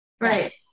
Right